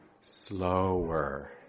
slower